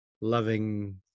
loving